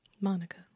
Monica